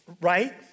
Right